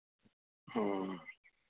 ह्म्म